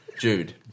Jude